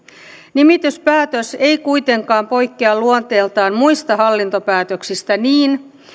nimityspäätös ei kuitenkaan poikkea luonteeltaan muista hallintopäätöksistä niin